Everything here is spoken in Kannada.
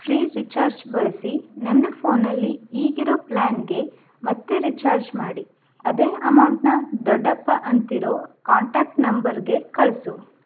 ಫ್ರೀ ರಿಚಾರ್ಜ್ ಬಳಸಿ ನನ್ನ ಫೋನಲ್ಲಿ ಈಗಿರೋ ಪ್ಲಾನ್ಗೆ ಮತ್ತೆ ರಿಚಾರ್ಜ್ ಮಾಡಿ ಅದೇ ಅಮೌಂಟ್ನ ದೊಡಪ್ಪ ಅಂತಿರೋ ಕಾಂಟ್ಯಾಕ್ಟ್ ನಂಬರ್ಗೆ ಕಳಿಸು